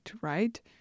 right